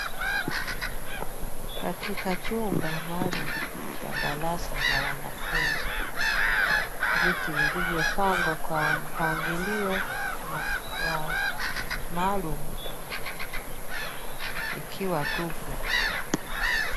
Katika chumba maalum cha darasa la wanafunzi viti vilivyopangwa kwa mpangilio maalum ikiwa tupu.